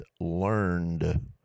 learned